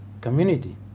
community